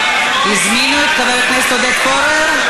הזמינו את חבר הכנסת עודד פורר?